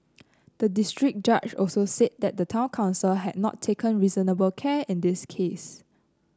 the district judge also said that the town council had not taken reasonable care in this case